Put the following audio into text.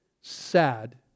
sad